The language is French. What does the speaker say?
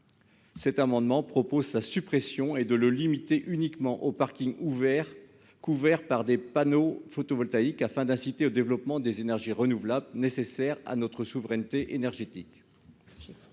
cet amendement vise à le supprimer et à le limiter aux parkings couverts par des panneaux photovoltaïques afin d'inciter au développement des énergies renouvelables nécessaires à notre souveraineté énergétique.